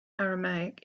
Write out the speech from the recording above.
aramaic